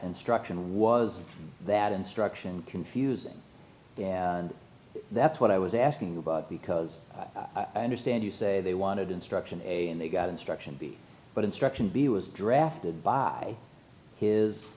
instruction was that instruction confusing that's what i was asking because i understand you say they wanted instruction a and they got instruction b but instruction b was drafted by his